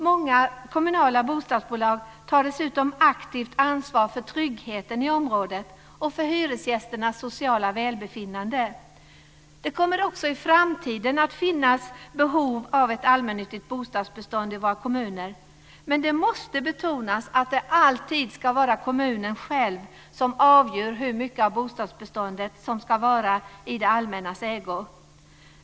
Många kommunala bostadsbolag tar dessutom aktivt ansvar för tryggheten i området och för hyresgästernas sociala välbefinnande. Det kommer också i framtiden att finnas behov av ett allmännyttigt bostadsbestånd i våra kommuner, men det måste betonas att det alltid ska vara kommunen själv som avgör hur mycket av bostadsbeståndet som ska vara i det allmännas ägo.